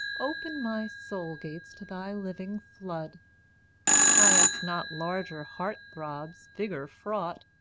open my soul-gates to thy living flood i ask not larger heart-throbs, vigour-fraught,